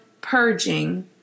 purging